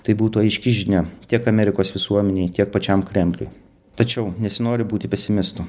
tai būtų aiški žinia tiek amerikos visuomenei tiek pačiam kremliui tačiau nesinori būti pesimistu